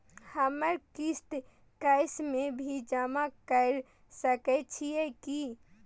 हमर किस्त कैश में भी जमा कैर सकै छीयै की?